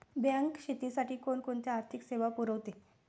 Bank शेतीसाठी कोणकोणत्या आर्थिक सेवा पुरवते?